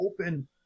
open